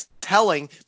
telling